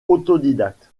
autodidacte